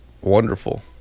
wonderful